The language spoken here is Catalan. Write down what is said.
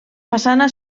façana